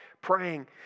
praying